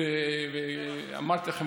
אמרתי לכם,